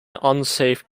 unsafe